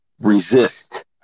resist